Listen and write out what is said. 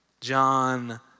John